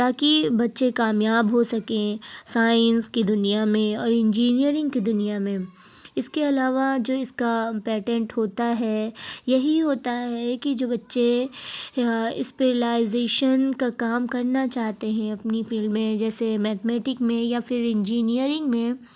تا کہ بچے کامیاب ہو سکیں سائنس کی دنیا میں اور انجینیرنگ کی دنیا میں اس کے علاوہ جو اس کا پیٹنٹ ہوتا ہے یہی ہوتا ہے کہ جو بچے یا اسپیلائزیشن کا کام کرنا چاہتے ہیں اپنی فیلڈ میں جیسے میتھمیٹک میں یا پھر انجینیرنگ میں